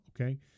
Okay